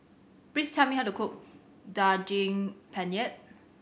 please tell me how to cook Daging Penyet